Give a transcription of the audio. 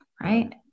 right